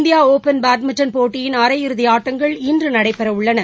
India open badminton போட்டியின் அரையிறுதி ஆட்டங்கள் இன்று நடைபெறவுள்ளன